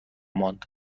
ماند